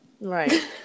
Right